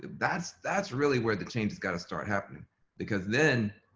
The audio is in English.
that's that's really where the change has got to start happening because then,